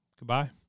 Goodbye